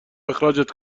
اخراجت